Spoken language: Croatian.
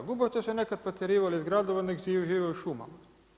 Gubavce su nekad potjerivali iz gradova nek' žive u šumama.